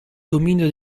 dominio